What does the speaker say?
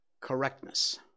correctness